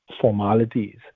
formalities